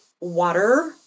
water